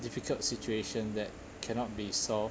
difficult situation that cannot be solved